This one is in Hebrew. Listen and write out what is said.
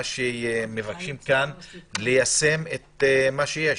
מה שמבקשים פה - ליישם את מה שיש,